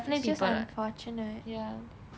it's just unfortunate